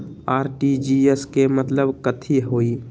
RTGS के मतलब कथी होइ?